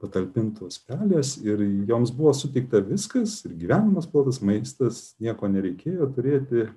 patalpintos pelės ir joms buvo suteikta viskas ir gyvenimas puikus maistas nieko nereikėjo turėti